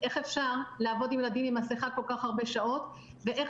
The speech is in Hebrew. איך אפשר לעבוד עם ילדים עם מסכה כל כך הרבה שעות; ואיך